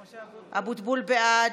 אבוטבול, בעד,